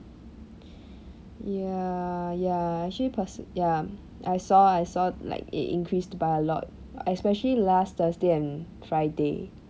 ya ya actually pers~ ya I saw I saw like it increased by a lot especially last thursday and friday